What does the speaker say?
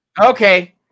Okay